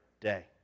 day